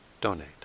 donate